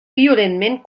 violentament